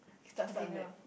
we start start late